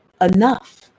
enough